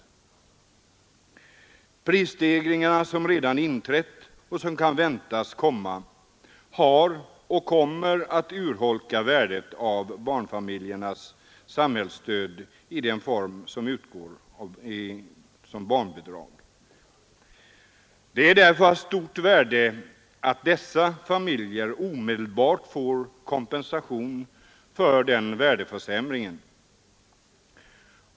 De prisstegringar som redan inträtt och som kan väntas har urholkat och kommer att urholka värdet av barnfamiljernas samhällsstöd i form av barnbidrag. Det är därför av stort värde att dessa familjer får kompensation för denna värdeförsämring.